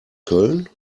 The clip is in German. köln